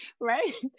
Right